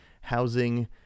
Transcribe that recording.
housing